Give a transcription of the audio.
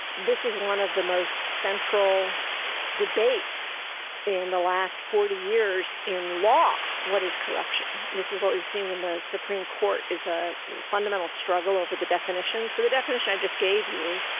this is one of the most central debates in the last forty years in law, what is corruption. this is what we've seen in the supreme court is a fundamental struggle over the definitions. so the definition i just gave you,